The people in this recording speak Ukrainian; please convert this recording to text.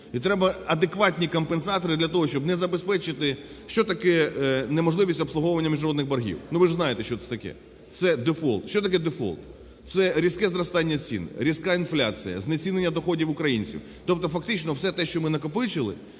І треба адекватні компенсатори для того, щоб не забезпечити… Що таке неможливість обслуговування міжнародних боргів? Ну, ви ж знаєте, що це таке – це дефолт. Що таке дефолт? Це різке зростання цін, різка інфляція, знецінення доходів українців, тобто фактично все те, що ми накопичили.